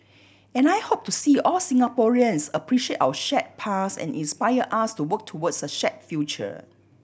and I hope to see all Singaporeans appreciate our shared past and inspire us to work towards a shared future